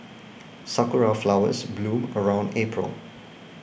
sakura flowers bloom around April